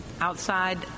outside